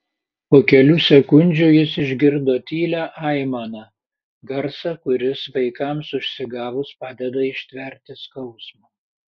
po kelių sekundžių jis išgirdo tylią aimaną garsą kuris vaikams užsigavus padeda ištverti skausmą